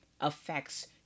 affects